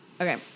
Okay